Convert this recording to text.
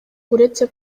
uretse